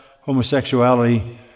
homosexuality